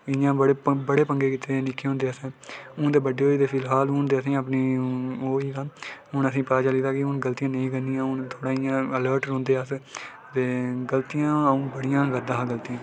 इं'या बड़े पंगे कीते दे असें निक्के होंदे हून ते अस बड्डे होई गेदे हून ते असेंगी ओह् होई दा हून असेंगी पता चली दा कि गलतियां नेईं करनियां असें थोह्ड़ा इं'या अलर्ट रौहंदे अस ते गलतियां अंऊ बड़ा करदा हा गलतियां